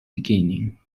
beginning